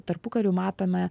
tarpukariu matome